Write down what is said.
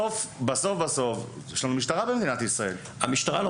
בסוף בסוף יש לנו במדינת ישראל משטרה.